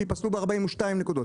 שיפסלו ב-42 נקודות,